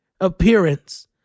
appearance